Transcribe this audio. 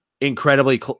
incredibly